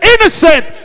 innocent